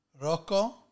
Rocco